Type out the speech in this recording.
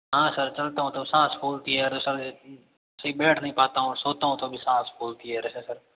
हाँ सर चलता हूँ तो साँस फूलती है और सर ठीक बैठ नहीं पाता हूँ सोता हूँ तो भी साँस फूलती है सर